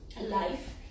life